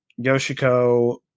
Yoshiko